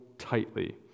tightly